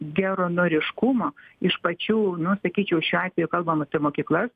geranoriškumo iš pačių nu sakyčiau šiuo atveju kalbam apie mokyklas